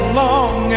long